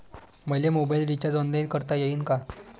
मले mobile recharge online करता येईन का?